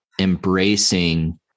embracing